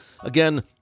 Again